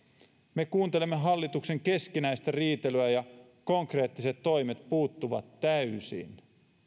me kuuntelemme hallituksen keskinäistä riitelyä ja konkreettiset toimet puuttuvat täysin